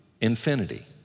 infinity